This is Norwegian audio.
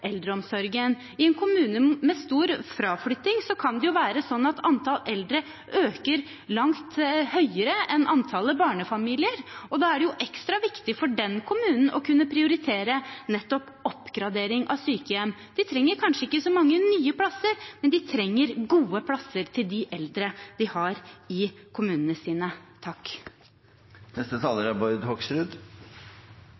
eldreomsorgen. I en kommune med stor fraflytting kan det jo være slik at antall eldre øker langt sterkere enn antallet barnefamilier, og da er det ekstra viktig for den kommunen å kunne prioritere nettopp oppgradering av sykehjem. De trenger kanskje ikke så mange nye plasser, men de trenger gode plasser til de eldre de har i kommunene sine. Jeg registrerer at siste taler